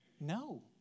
No